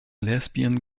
lesbian